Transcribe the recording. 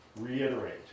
reiterate